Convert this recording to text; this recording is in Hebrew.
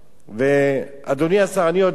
אדוני השר, אני יודע שאתה עושה את הכול.